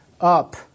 up